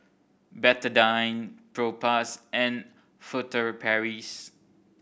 Betadine Propass and Furtere Paris